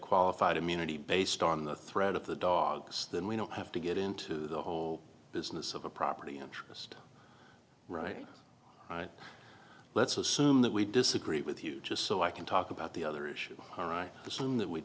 qualified immunity based on the threat of the dogs then we don't have to get into the whole business of a property interest right all right let's assume that we disagree with you just so i can talk about the other issue all right assume that we